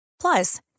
Plus